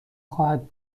خواهد